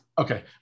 Okay